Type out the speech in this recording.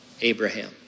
abraham